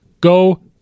Go